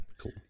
Cool